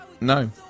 no